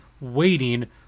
waiting